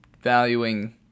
valuing